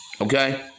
Okay